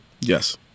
Yes